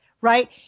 right